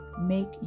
make